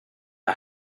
the